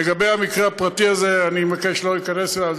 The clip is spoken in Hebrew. לגבי המקרה הפרטי הזה, אני מבקש לא להיכנס אליו.